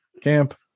camp